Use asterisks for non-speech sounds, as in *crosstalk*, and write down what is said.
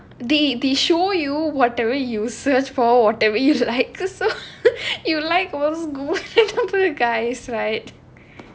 eh meena they show you what the way you search the way you like so *laughs* you like those guy